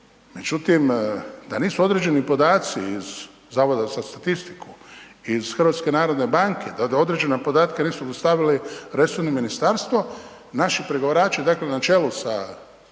međutim, da nisu određeni podaci iz Zavoda za statistiku, iz HNB-a, da do određenog podatka nisu dostaviti resorno ministarstvo, naši pregovarači dakle na čelu sa